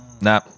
Nah